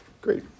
Great